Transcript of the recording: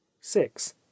six